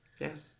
Yes